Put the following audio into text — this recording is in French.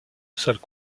sales